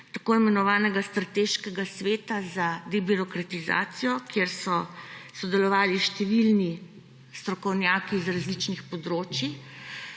tako imenovanega Strateškega sveta za debirokratizacijo, kjer so sodelovali številni strokovnjaki z različnih področij.